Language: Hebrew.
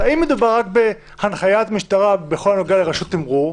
אבל אם מדובר רק על הנחיית משטרה בכל הנוגע לרשות התימרור,